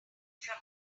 from